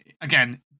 again